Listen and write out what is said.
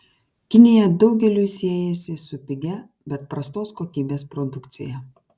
kinija daugeliui siejasi su pigia bet prastos kokybės produkcija